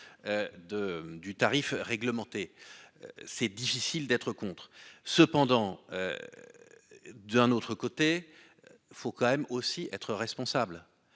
du tarif réglementé. C'est difficile d'être contre, cependant. D'un autre côté. Faut quand même aussi être responsable.